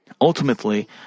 Ultimately